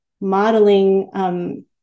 modeling